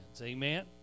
Amen